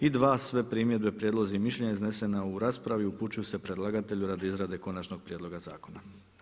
I 1. Sve primjedbe, prijedlozi i mišljenja iznesena u raspravi upućuju se predlagatelju radi izrade konačnog prijedloga zakona.